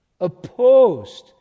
Opposed